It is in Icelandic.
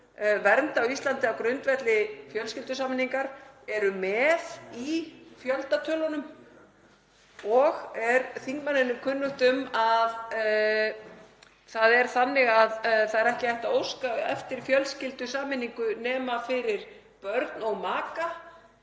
vernd á Íslandi á grundvelli fjölskyldusameiningar eru með í fjöldatölunum og er þingmanninum kunnugt um að það er þannig að það er ekki hægt að óska eftir fjölskyldusameiningu nema fyrir börn og maka